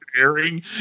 airing